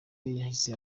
yahise